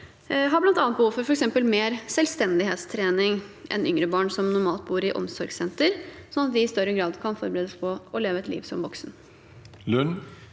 år, bl.a. har behov for f.eks. mer selvstendighetstrening enn yngre barn – som normalt bor i omsorgssenter – slik at de i større grad kan forberedes på å leve et liv som voksen.